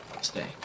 Stay